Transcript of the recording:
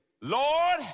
Lord